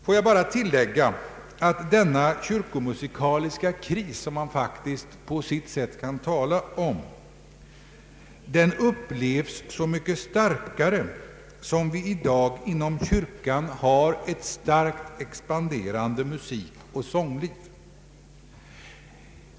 Får jag bara tillägga att den kyrkomusikaliska kris som man faktiskt på sitt sätt kan tala om upplevs så mycket starkare som vi i dag inom kyrkan har ett kraftigt expanderande musikoch sångliv.